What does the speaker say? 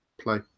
play